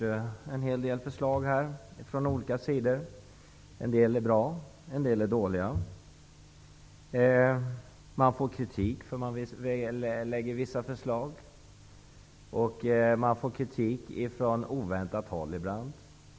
Herr talman! Vi har hört en hel del förslag här från olika sidor. En del är bra, en del är dåliga. Man får kritik för att man lägger fram vissa förslag. Ibland får man kritik från oväntat håll.